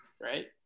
right